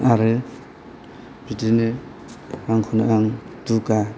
आरो बिदिनो आंखौनो आं दुगा